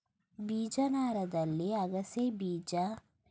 ಬೀಜ ನಾರಲ್ಲಿ ಅಗಸೆಬೀಜ ಚಿಯಾಸೀಡ್ಸ್ ಉದಾಹರಣೆ ಆಗಿದೆ ಈ ನಾರು ಆರೋಗ್ಯಕ್ಕೆ ತುಂಬಾ ಒಳ್ಳೇದು